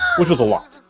which was a lot.